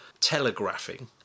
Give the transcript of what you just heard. telegraphing